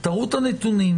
תראו את הנתונים,